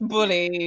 Bully